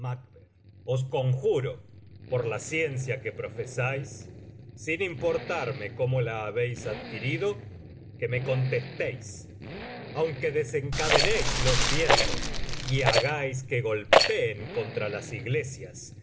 os conjuro por la ciencia que profesáis sin importarme cómo la habéis adquirido que me contestéis aunque desencadenéis los vientos y hagáis que golpeen contra las iglesias